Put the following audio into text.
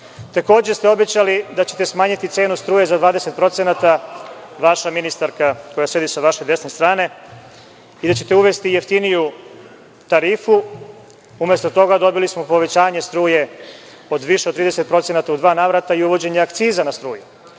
vas. Takođe, obećali ste da ćete smanjiti cenu struje za 20%, vaša ministarka koja sedi sa vaše desne strane, i da ćete uvesti jeftiniju tarifu. Umesto toga, dobili smo povećanje struje za više od 30% u dva navrata i uvođenje akciza na struju.